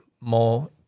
more